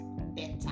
better